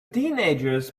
teenagers